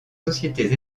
sociétés